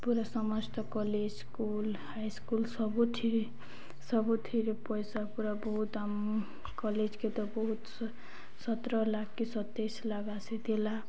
ପୁରା ସମସ୍ତ college school high school ସବୁଥିରେ ସବୁଥିରେ ପଏସା ପୁରା ବହୁତ୍ ଆମ କଲେଜ୍କେ ତ ବହୁତ୍ ସତ୍ର ଲାଖ୍ କି ସତେଇଶ୍ ଲାଖ୍ ଆସିଥିଲା